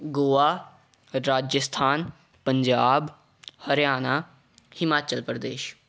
Goa Rajasthan Punjab Haryana Himachal Pradesh